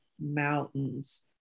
mountains